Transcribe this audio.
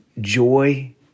Joy